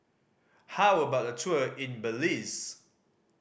how about a tour in Belize